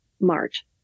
March